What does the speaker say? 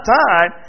time